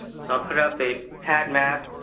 so i'll put up a padd map,